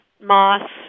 moss